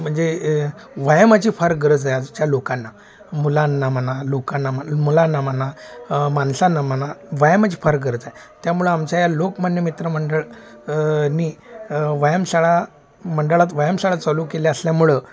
म्हणजे व्यायामाची फार गरज आहे आजच्या लोकांना मुलांना म्हणा लोकांना म्हणा मुलांना म्हणा माणसांना म्हणा व्यायामाची फार गरज आहे त्यामुळं आमच्या या लोकमान्य मित्रमंडळनी व्यायामशाळा मंडळात व्यायामशाळा चालू केले असल्यामुळं